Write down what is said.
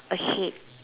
ahead